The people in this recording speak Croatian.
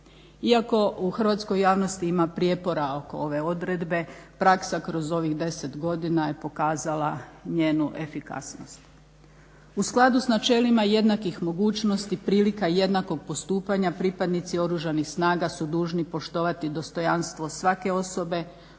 Iako u hrvatskoj javnosti ima prijepora oko ove odredbe praksa kroz ovih 10 godina je pokazala njenu efikasnost. U skladu s načelima jednakih mogućnosti prilika jednakog postupanja pripadnici oružanih snaga su dužni poštovati dostojanstvo svake osobe,